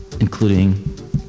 including